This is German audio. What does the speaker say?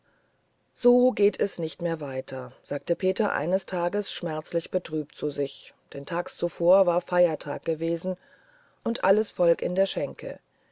so geht es nicht mehr weiter sagte peter eines tages schmerzlich betrübt zu sich denn tags zuvor war feiertag gewesen und alles volk in der schenke